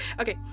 Okay